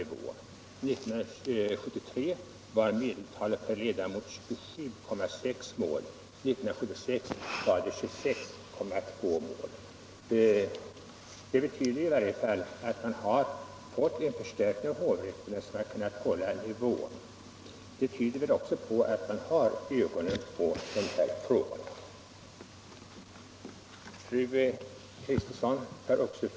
Enligt utskottets föredragande var 1973 medeltalet per ledamot 27,6 mål, 1976 var det 26,2 mål. Detta betyder i varje fall att man har fått en sådan förstärkning av hovrätterna så att man kunnat hålla nivån. Det tyder väl också på att man har ögonen på dessa frågor från regeringens sida.